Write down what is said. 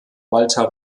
walter